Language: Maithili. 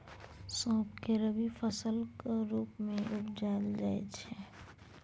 सौंफ केँ रबी फसलक रुप मे उपजाएल जाइ छै